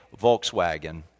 Volkswagen